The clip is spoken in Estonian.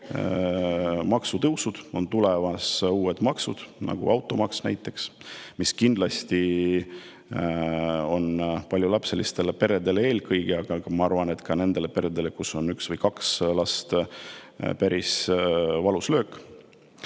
maksutõusud, on tulemas uued maksud, nagu automaks näiteks, mis kindlasti on paljulapselistele peredele eelkõige, aga ma arvan, et ka nendele peredele, kus on üks või kaks last, päris valus löök. Kui